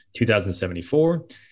2074